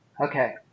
Okay